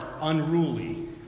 unruly